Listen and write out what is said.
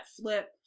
flip